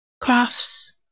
crafts